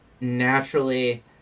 naturally